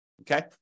okay